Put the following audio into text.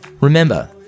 Remember